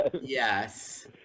Yes